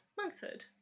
Monkshood